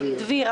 הגירעון.